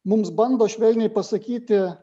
mums bando švelniai pasakyti